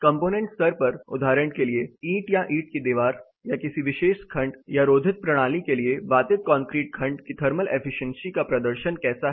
component स्तर पर उदाहरण के लिए ईंट या ईंट की दीवार या किसी विशेष खंड या रोधित प्रणाली के लिए वातित कॉंक्रीट खंड की थर्मल एफिशिएंसी का प्रदर्शन कैसा है